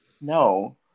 No